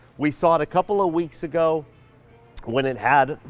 we saw it a couple of weeks ago when it had,